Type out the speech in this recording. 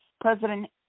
President